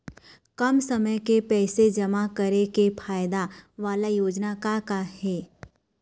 कम समय के पैसे जमा करे के फायदा वाला योजना का का हे?